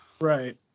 right